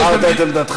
חבר הכנסת חזן.